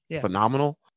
phenomenal